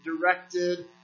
directed